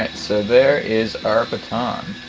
so there is our baton.